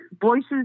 Voices